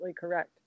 correct